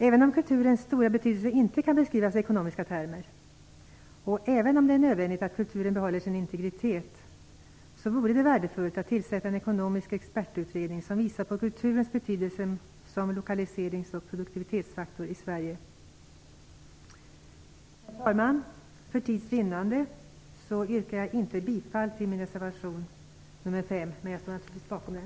Även om kulturens stora betydelse inte kan beskrivas i ekonomiska termer och även om det är nödvändigt att kulturen behåller sin integritet, vore det värdefullt att tillsätta en ekonomisk expertutredning som visar på kulturens betydelse som lokaliseringsoch produktivitetsfaktor i Sverige. Herr talman! För tids vinnande yrkar jag inte bifall till min reservation nr 5, men jag står naturligtvis bakom den.